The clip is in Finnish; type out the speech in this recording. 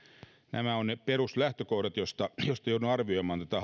nämä ovat ne peruslähtökohdat joista joudun arvioimaan tätä